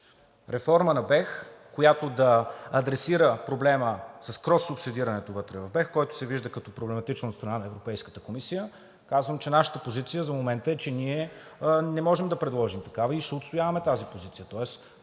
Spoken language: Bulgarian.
реформата на БЕХ, която да адресира проблема с крос субсидирането вътре в БЕХ, който се вижда като проблематичен от страна на Европейската комисия. Казвам, че нашата позиция за момента е, че ние не можем да предложим такава и ще отстояваме тази позиция.